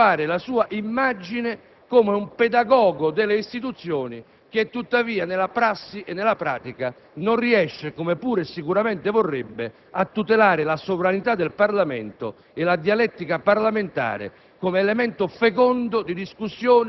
Parlamento, e di perpetuarne l'immagine come un pedagogo delle istituzioni, che, tuttavia, nella prassi e nella pratica, non riesce - come pure sicuramente vorrebbe - a tutelare la sovranità e la dialettica parlamentare